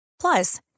Plus